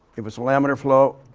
it was a laminar flow,